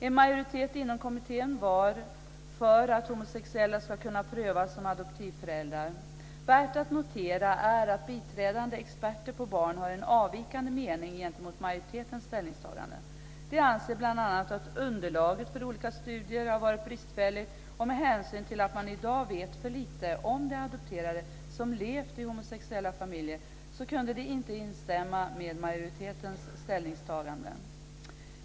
En majoritet inom kommittén var för att homosexuella ska kunna prövas som adoptivföräldrar. Värt att notera är att biträdande experter på barn har en avvikande mening gentemot majoritetens ställningstagande. De anser bl.a. att underlaget för olika studier har varit bristfälligt, och med hänsyn till att man i dag vet för lite om de adopterade som levt i homosexuella familjer så kunde de inte instämma i majoritetens ställningstagande.